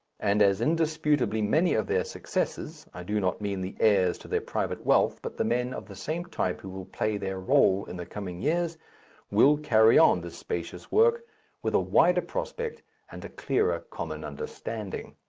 and as indisputably many of their successors i do not mean the heirs to their private wealth, but the men of the same type who will play their role in the coming years will carry on this spacious work with a wider prospect and a clearer common understanding.